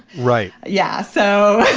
right. yeah so,